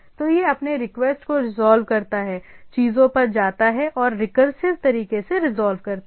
तो यह अपने रिक्वेस्ट को रिजॉल्व करता है चीजों पर जाता है और रिकरसिव तरीके से रिजॉल्व करता है